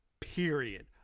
period